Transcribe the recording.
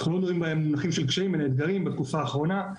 אנחנו לא מדברים במונחים של קשיים אלא אתגרים בתקופה האחרונה.